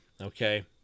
Okay